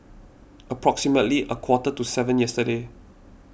approximately a quarter to seven yesterday